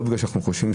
לא בגלל שאנחנו חושבים,